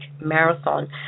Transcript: Marathon